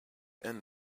end